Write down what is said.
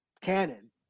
canon